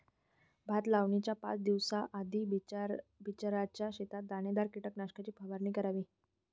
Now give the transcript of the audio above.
भात लावणीच्या पाच दिवस आधी बिचऱ्याच्या शेतात दाणेदार कीटकनाशकाची फवारणी करावी